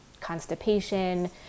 constipation